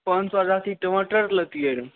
पाँच सए गो गाछ टमाटर लैतिए रऽ